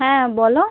হ্যাঁ বলো